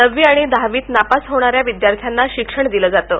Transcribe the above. नववी आणि दहावीत नापास होणाऱ्या विद्यार्थ्यांना शिक्षण दिलं जातं